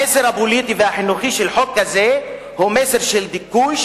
המסר הפוליטי והחינוכי של חוק כזה הוא מסר של דיכוי,